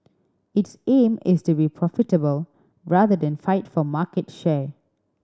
its aim is to be profitable rather than fight for market share